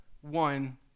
one